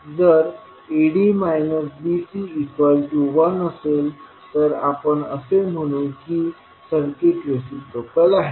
जर AD BC 1 असेल तर आपण असे म्हणू की सर्किट रिसिप्रोकल आहे